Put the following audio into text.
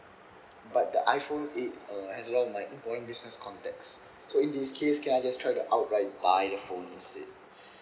but the iphone eight uh has a lot of my important business contacts so in this case can I just try to outright buy the phone instead